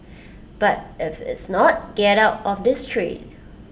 but if it's not get out of this trade